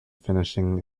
finishing